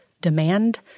demand